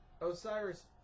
Osiris